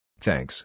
Thanks